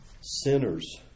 Sinners